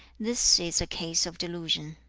this is a case of delusion.